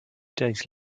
days